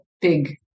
big